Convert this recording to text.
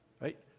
right